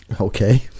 Okay